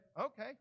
okay